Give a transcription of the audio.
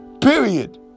period